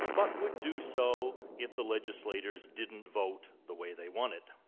but would do so if the legislators didn't vote the way they wanted.